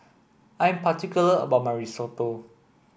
I am particular about my Risotto